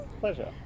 pleasure